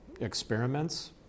experiments